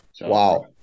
Wow